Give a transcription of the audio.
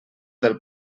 del